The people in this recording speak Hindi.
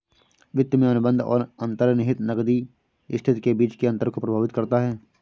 वित्त में अनुबंध और अंतर्निहित नकदी स्थिति के बीच के अंतर को प्रभावित करता है